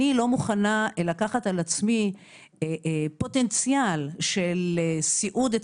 אני לא מוכנה לקחת על עצמי פוטנציאל של סיעוד.